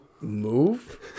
move